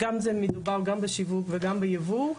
מדובר גם בשיווק וגם בייבוא,